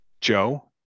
Joe